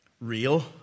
real